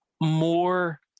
more